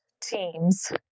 teams